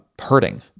hurting